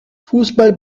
fußball